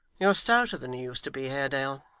you're stouter than you used to be, haredale,